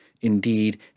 Indeed